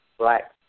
black